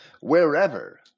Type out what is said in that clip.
wherever